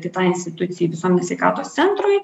kitai institucijai visuomenės sveikatos centrui